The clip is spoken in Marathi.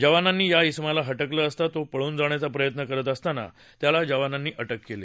जवानांनी या इसमाला हटकलं असता तो पळून जाण्याचा प्रयत्न करत असताना त्याला जवानांनी अटक केली